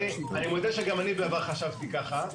אני מודה שגם אני בעבר חשבתי ככה,